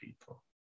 people